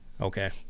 okay